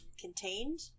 contained